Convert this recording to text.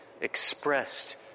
expressed